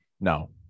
No